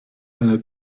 eine